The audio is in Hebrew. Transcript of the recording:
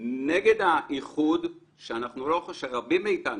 נגד האיחוד שרבים מאיתנו,